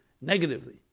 negatively